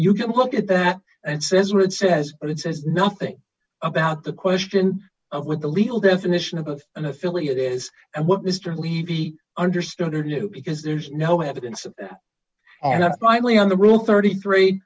you can look at that and says where it says it says nothing about the question of what the legal definition of an affiliate is and what mr levy understood or knew because there's no evidence of our not finally on the rule thirty three